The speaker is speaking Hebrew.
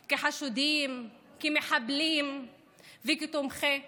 כחשודים, כמחבלים וכתומכי מחבלים.